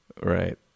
right